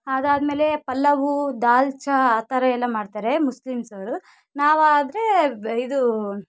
ಆದಾದ್ಮೇಲೆ ಪಲ್ಲವು ದಾಲ್ಚಾ ಆ ಥರ ಎಲ್ಲ ಮಾಡ್ತಾರೆ ಮುಸ್ಲಿಮ್ಸ್ ಅವರು ನಾವಾದರೆ ಬ ಇದು